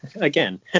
Again